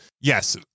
yes